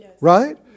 right